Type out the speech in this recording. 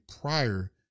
prior